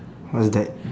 what's that